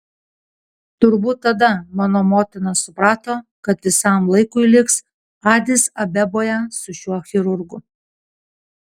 turbūt tada mano motina suprato kad visam laikui liks adis abeboje su šiuo chirurgu